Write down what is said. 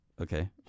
Okay